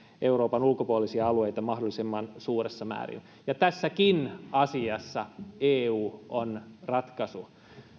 euroopan ulkopuolisia alueita mahdollisimman suuressa määrin tässäkin asiassa eu on ratkaisu